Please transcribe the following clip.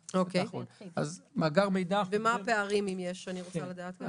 וגם מה הפערים, אם יש, אני רוצה לדעת.